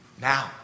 now